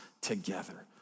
together